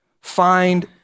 Find